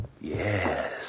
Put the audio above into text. Yes